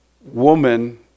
woman